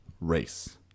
race